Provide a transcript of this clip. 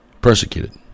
persecuted